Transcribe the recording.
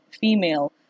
female